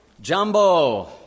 Jumbo